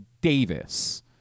Davis